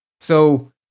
So-